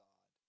God